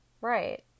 Right